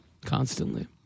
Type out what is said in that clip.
Constantly